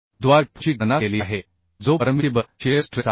द्वारे fuची गणना केली आहे जो परमिसिबल शिअर स्ट्रेस आहे